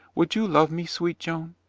would you love me, sweet joan?